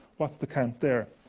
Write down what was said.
what's the count there?